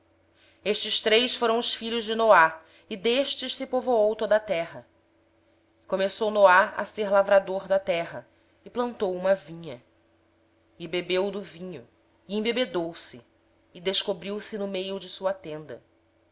estes três foram os filhos de noé e destes foi povoada toda a terra e começou noé a cultivar a terra e plantou uma vinha bebeu do vinho e embriagou se e achava-se nu dentro da sua tenda